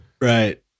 right